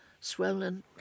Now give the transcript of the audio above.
swollen